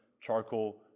charcoal